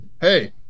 Hey